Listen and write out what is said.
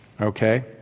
okay